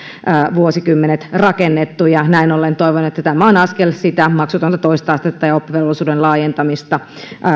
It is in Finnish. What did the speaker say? vuosikymmenet rakennettu näin ollen toivon että tämä on askel sitä maksutonta toista astetta ja oppivelvollisuuden laajentamista